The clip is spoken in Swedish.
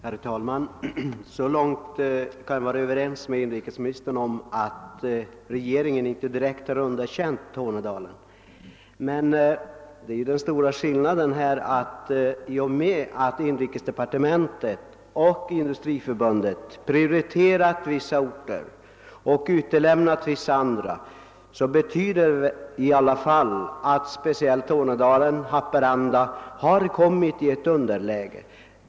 Herr talman! Så långt kan jag vara överens med inrikesministern som att regeringen inte direkt har underkänt Tornedalen. I och med att inrikesdepartementet och Industriförbundet har prioriterat vissa orter och utelämnat vissa andra har dock speciellt Tornedalen och Haparanda hamnat i ett underläge; detta är den stora skillnaden.